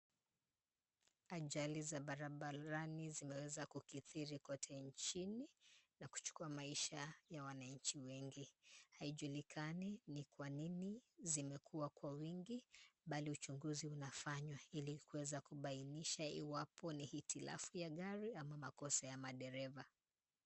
Ajali za barabarani zimeweza kukidhiri kote nchini, na kuchukua maisha ya wananchi wengi. Haijulikani ni kwa nini zimekuwa kwa wingi, bali uchunguzi unafanywa ili kuweza kubainisha iwapo ni hitilafu ya gari ama makosa ya madereva.